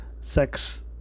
sex